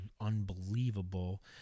unbelievable